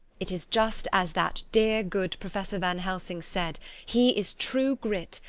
it is just as that dear, good professor van helsing said he is true grit,